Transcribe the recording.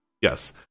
Yes